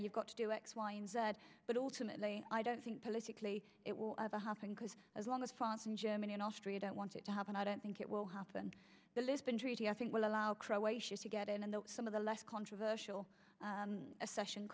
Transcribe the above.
you've got to do x y and that but ultimately i don't think politically it will ever happen because as long as fonts in germany and austria don't want it to happen i don't think it will happen the list been treaty i think will allow croatia to get in and some of the less controversial a session